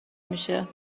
میشه